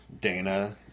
Dana